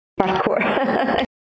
parkour